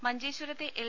മഞ്ചേശ്വരത്തെ L